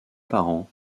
parents